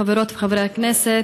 חברות וחברי הכנסת,